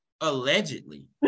allegedly